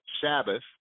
Sabbath